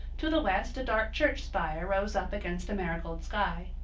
to the west a dark church spire rose up against a marigold sky.